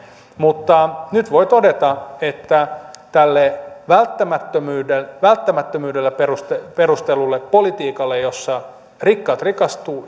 mutta nyt voi todeta että tälle välttämättömyydellä välttämättömyydellä perustellulle politiikalle jossa rikkaat rikastuvat